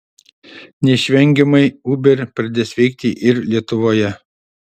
neišvengiamai uber pradės veikti ir lietuvoje